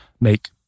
make